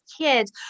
kids